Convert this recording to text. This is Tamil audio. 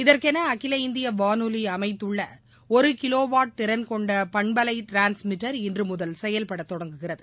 இதற்கௌஅகில இந்தியவானொலிஅமைத்துள்ளஒருகிலோவாட் திறன்கொண்டபண்பலைட்ரான்மீட்டர் இன்றுமுதல் செயல்படதொடங்குகிறது